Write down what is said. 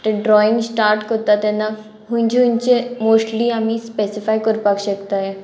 ते drawing start कोत्ता तेन्ना हुंयचे हुंयचे मोस्टली आमी स्पेसिफाय करपाक शकताय